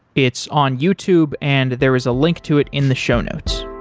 it's on youtube and there is a link to it in the show notes